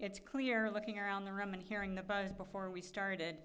it's clear looking around the room and hearing the buzz before we started